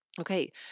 Okay